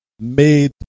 made